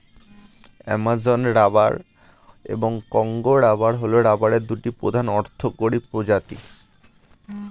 Amazon rubber এবং Congo rubber হল রাবারের দুটি প্রধান অর্থকরী প্রজাতি